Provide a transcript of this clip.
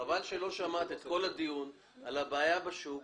חבל שלא שמעת את כל הדיון על הבעיה בשוק,